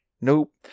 nope